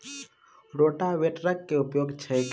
रोटावेटरक केँ उपयोग छैक?